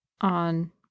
on